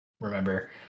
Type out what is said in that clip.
remember